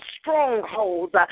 strongholds